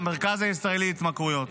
מהמרכז הישראלי להתמכרויות.